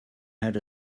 had